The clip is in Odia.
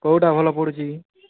କେଉଁଟା ଭଲ ପଡୁଛି